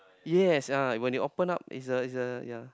yes ah when you open up is a is a yea